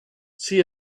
see